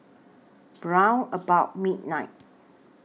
about midnight